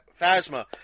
phasma